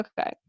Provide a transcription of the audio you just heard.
Okay